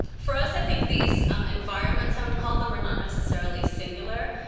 for us, i think these environments, i would call them, are not necessarily singular.